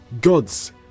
gods